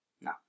No